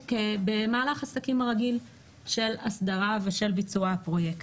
כמהלך עסקים רגיל של אסדרה ושל ביצוע הפרויקט.